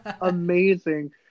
amazing